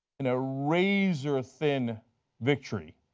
in a razor thin victory,